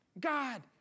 God